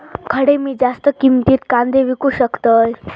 खडे मी जास्त किमतीत कांदे विकू शकतय?